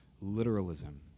literalism